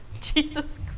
Jesus